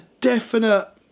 definite